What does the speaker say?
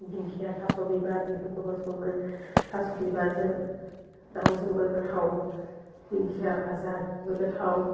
दिंखिया थास' बिबार बेफोरखौबो सङो थास' बिबारजों दावजोंबो गोथाव दिंखिया फाजा बिबो गोथाव